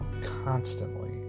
constantly